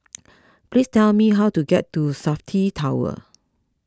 please tell me how to get to Safti Tower